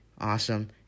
awesome